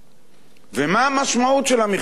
ומה המשמעות של המכתב הזה?